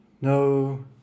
no